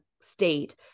state